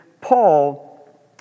Paul